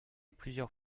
plusieurs